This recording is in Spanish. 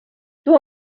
tuvo